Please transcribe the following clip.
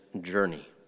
journey